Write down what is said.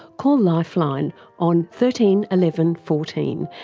call lifeline on thirteen eleven fourteen,